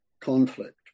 conflict